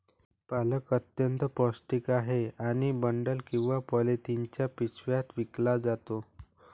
पालक अत्यंत पौष्टिक आहे आणि बंडल किंवा पॉलिथिनच्या पिशव्यात विकला जातो